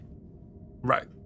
Right